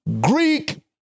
Greek